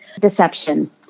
deception